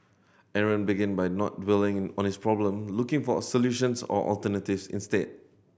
Aaron began by not dwelling on his problem looking for solutions or alternatives instead